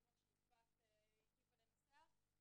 כמו שיפעת היטיבה לנסח.